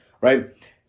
right